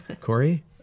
Corey